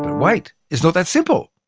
but wait, it's not that simple.